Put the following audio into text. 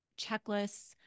checklists